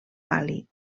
bali